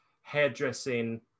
hairdressing